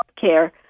care